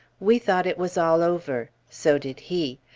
we thought it was all over so did he.